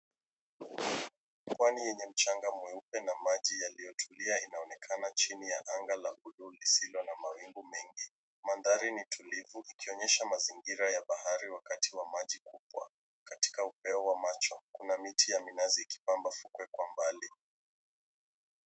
Pwani yenye mchanga mweupe na maji yaliyotulia inaonekana chini ya anga la bluu lisilo na mawingu mengi. Mandhari ni tulivu ikionyesha mazingira ya bahari wakati wa maji kubwa. Katika upeo wa macho, kuna miti ya minazi ikipamba fukwe kwa mbali.